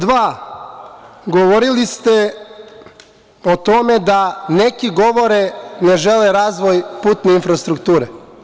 Pod dva, govorili ste o tome da neki govore da ne žele razvoj putne infrastrukture.